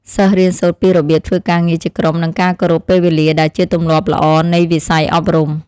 សិស្សរៀនសូត្រពីរបៀបធ្វើការងារជាក្រុមនិងការគោរពពេលវេលាដែលជាទម្លាប់ល្អនៃវិស័យអប់រំ។